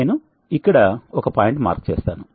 నేను ఇక్కడ ఒక పాయింట్ మార్క్ చేస్తాను